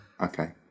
Okay